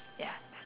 ya